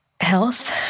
health